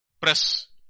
press